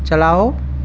چلاؤ